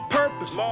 purpose